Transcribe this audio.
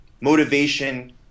motivation